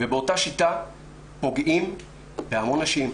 ובאותה שיטה פוגעים בהמון נשים.